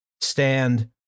stand